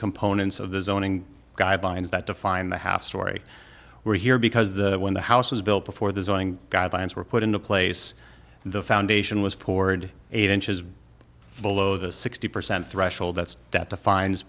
components of the zoning guidelines that define the half story we're here because the when the house was built before the zoning guidelines were put into place the foundation was poured eight inches below the sixty percent threshold that's that defines